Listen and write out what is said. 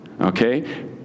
Okay